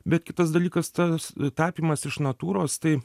bet kitas dalykas tas tapymas iš natūros tai